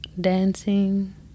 dancing